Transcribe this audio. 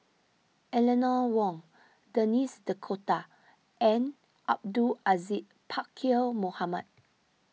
Eleanor Wong Denis D'Cotta and Abdul Aziz Pakkeer Mohamed